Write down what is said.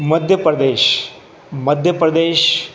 Madhya Pradesh Madhya Pradesh